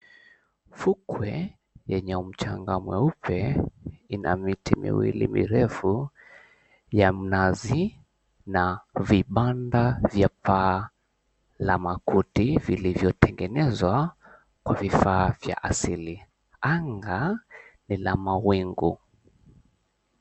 Fukwe yenye mchanga mweupe una miti miwili mirefu la mnazi na vibanda vya paa la makuti vilivyotengenezwa kwa vifaa vya asili. Anga ni la mawingu.